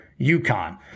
UConn